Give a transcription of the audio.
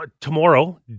Tomorrow